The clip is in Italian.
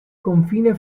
confine